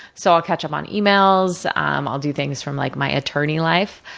so i'll catch up on emails, um i'll do things from like my attorney life.